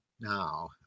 Now